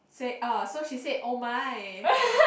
said ah so she said oh my